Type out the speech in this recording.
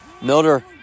Milder